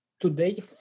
today